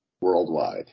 worldwide